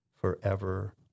forever